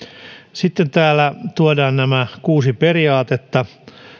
sitten täällä luetellaan nämä kuusi periaatetta